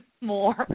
more